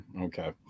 okay